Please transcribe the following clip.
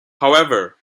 however